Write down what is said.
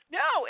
no